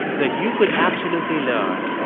that you could absolutely learn. there.